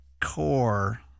core